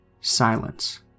Silence